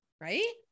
Right